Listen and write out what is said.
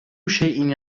شيء